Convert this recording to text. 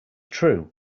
true